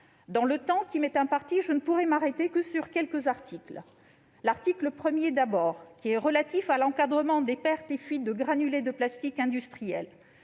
le temps qui m'est imparti, je ne pourrai m'arrêter que sur quelques articles. L'article 1, tout d'abord, est relatif à l'encadrement des pertes et des fuites de granulés de plastique industriels.